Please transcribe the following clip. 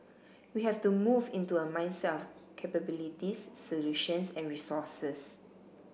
we have to move into a mindset of capabilities solutions and resources